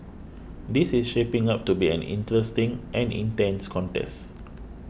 this is shaping up to be an interesting and intense contest